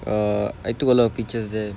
err I took a lot of pictures there